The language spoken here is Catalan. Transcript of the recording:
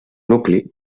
nucli